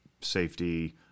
safety